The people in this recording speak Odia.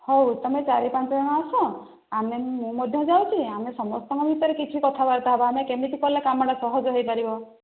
ହଉ ତୁମେ ଚାରି ପାଞ୍ଚ ଜଣ ଆସ ଆମେ ମୁଁ ମଧ୍ୟ ଯାଉଛି ଆମେ ସମସ୍ତଙ୍କ ଭିତରେ କିଛି କଥାବାର୍ତ୍ତା ହେବା ଆମେ କେମିତି କଲେ କାମଟା ସହଜ ହୋଇପାରିବ